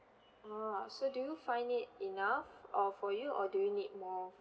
ah so do you find it enough uh for you or do you need more